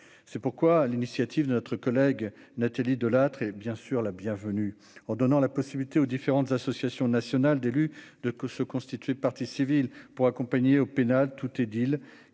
c'est pourquoi, à l'initiative de notre collègue Nathalie Delattre et bien sûr la bienvenue en donnant la possibilité aux différentes associations nationales d'élus de que se constituer partie civile pour accompagner au pénal tout édile